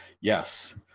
Yes